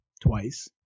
twice